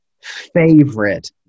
favorite